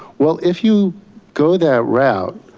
well if you go that route,